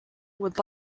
would